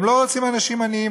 הם לא רוצים אנשים עניים,